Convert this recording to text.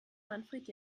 manfred